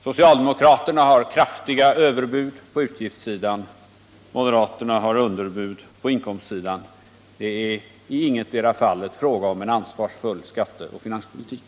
Socialdemokraterna har kraftiga överbud på utgiftssidan. Moderaterna har underbud på inkomstsidan. Det är i ingetdera fallet fråga om en ansvarsfull skatteoch finanspolitik.